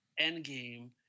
Endgame